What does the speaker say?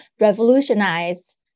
revolutionize